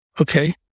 okay